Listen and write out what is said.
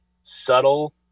subtle